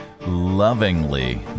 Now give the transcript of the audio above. Lovingly